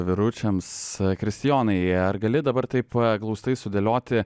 vyručiams kristijonai ar gali dabar taip glaustai sudėlioti